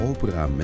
Opera